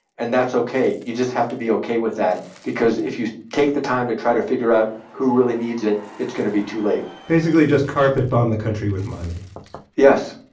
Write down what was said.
and that's ok. you have to be ok with that because if you take the time to try to figure out who really needs it, it's going to be too late basically just carpet-bomb the country with money yes